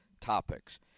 topics